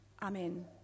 Amen